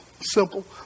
simple